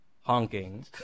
honking